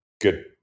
good